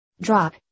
Drop